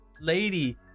lady